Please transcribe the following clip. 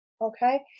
Okay